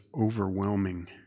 overwhelming